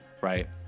right